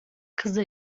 kızı